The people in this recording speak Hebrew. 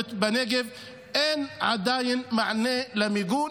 הבדואית בנגב אין עדיין מענה למיגון,